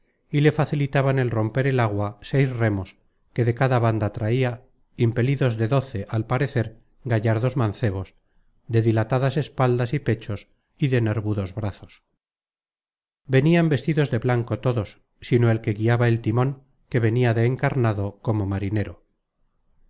y le facilitaban el romper del agua seis remos que de cada banda traia impelidos de doce al parecer gallardos mancebos de dilatadas espaldas y pechos y de nervudos brazos venian vestidos de blanco todos sino el que guiaba el timon que venia de encarnado como marinero